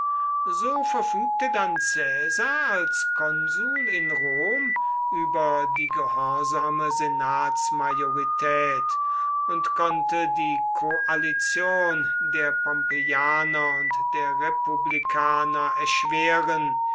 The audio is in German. so verfügte dann caesar als konsul in rom über die gehorsame senatsmajorität und konnte die koalition der pompeianer und der republikaner erschweren